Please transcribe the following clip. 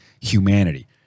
humanity